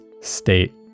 state